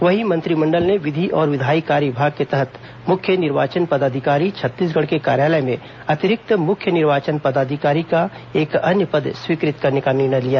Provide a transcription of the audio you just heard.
वहीं मंत्रिमंडल ने विधि और विधायी कार्य विभाग के तहत मुख्य निर्वाचन पदाधिकारी छत्तीसगढ़ के कार्यालय में अतिरिक्त मुख्य निर्वाचन पदाधिकारी का एक अन्य पद स्वीकृत करने का निर्णय लिया